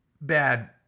bad